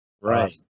right